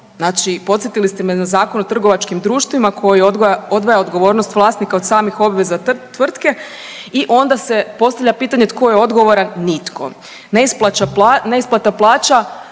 Znači podsjetili ste me na Zakon o trgovačkim društvima koji odvaja odgovornost vlasnika od samih obveza tvrtke i onda se postavlja pitanje, tko je odgovoran? Nitko. Neisplata plaća